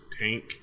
tank